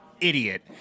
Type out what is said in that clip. idiot